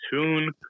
tune